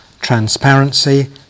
transparency